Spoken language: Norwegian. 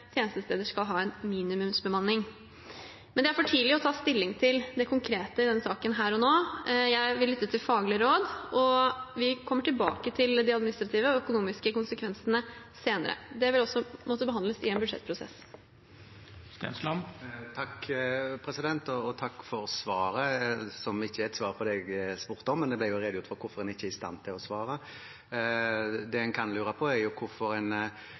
tjenestesteder skal ha en minimumsbemanning. Det er for tidlig å ta stilling til det konkrete i denne saken her og nå. Jeg vil lytte til faglige råd, og vi kommer tilbake til de administrative og økonomiske konsekvensene senere. Det vil også måtte behandles i en budsjettprosess. Takk for svaret, som ikke var et svar på det jeg spurte om, men det ble jo redegjort for hvorfor en ikke er i stand til å svare. Det en kan lure på, er hvorfor en